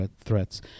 threats